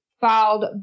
filed